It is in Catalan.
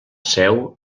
seu